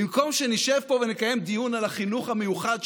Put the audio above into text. במקום שנשב פה ונקיים דיון על החינוך המיוחד,